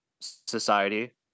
society